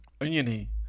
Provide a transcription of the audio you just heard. Oniony